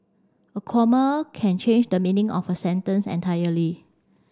a comma can change the meaning of a sentence entirely